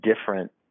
different